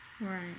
right